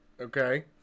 Okay